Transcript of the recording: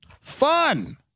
Fun